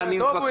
אני